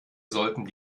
sollten